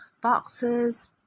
boxes